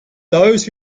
those